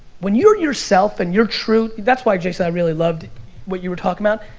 when you're yourself and you're true, that's why, jason, i really loved what you were talking about,